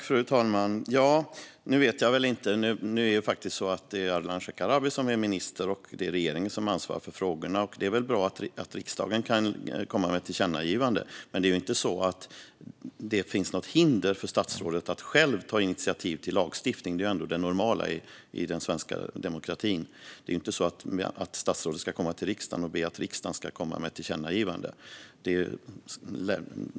Fru talman! Nu är det faktiskt så att det är Ardalan Shekarabi som är minister och att det är regeringen som har ansvar för frågorna. Det är väl bra att riksdagen kan komma med ett tillkännagivande, men det är ju inte så att det finns något hinder för statsrådet att själv ta initiativ till lagstiftning. Det är ju ändå det normala i den svenska demokratin; det är inte så att statsrådet ska komma till riksdagen och be att riksdagen ska komma med ett tillkännagivande.